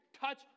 touch